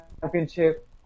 championship